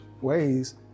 ways